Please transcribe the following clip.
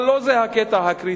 אבל לא זה הקטע הקריטי.